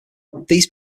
these